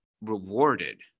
rewarded